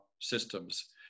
systems